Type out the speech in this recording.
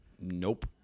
Nope